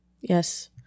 yes